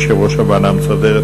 יושב-ראש הוועדה המסדרת,